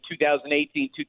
2018